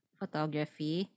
photography